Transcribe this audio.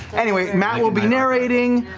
anyway, matt will be narrating,